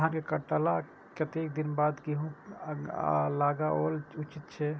धान के काटला के कतेक दिन बाद गैहूं लागाओल उचित छे?